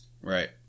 Right